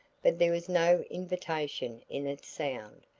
but there was no invitation in its sound,